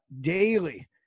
daily